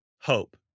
hope